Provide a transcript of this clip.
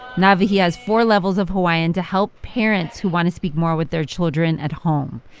nawahi has four levels of hawaiian to help parents who want to speak more with their children at home.